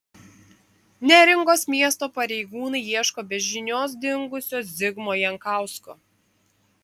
neringos miesto pareigūnai ieško be žinios dingusio zigmo jankausko